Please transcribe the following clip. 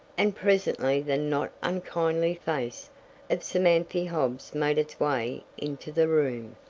and presently the not unkindly face of samanthy hobbs made its way into the room.